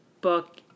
book